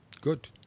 Good